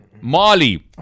Molly